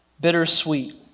bittersweet